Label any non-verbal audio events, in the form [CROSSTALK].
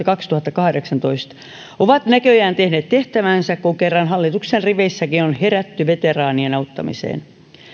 [UNINTELLIGIBLE] kaksituhattakahdeksantoista ovat näköjään tehneet tehtävänsä kun kerran hallituksen riveissäkin on herätty veteraanien auttamiseen